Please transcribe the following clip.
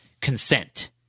consent